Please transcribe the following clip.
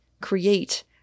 create